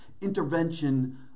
intervention